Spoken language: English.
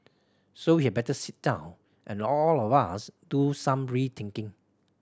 so we had better sit down and all of us do some rethinking